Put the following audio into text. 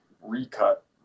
recut